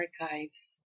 archives